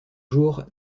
jour